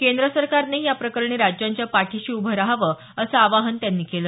केंद्र सरकारनेही याप्रकरणी राज्यांच्या पाठिशी उभ रहावं असं आवाहन त्यांनी केलं